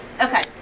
Okay